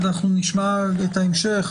נשמע את ההמשך,